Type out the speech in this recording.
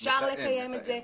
אפשר לקיים את זה.